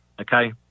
okay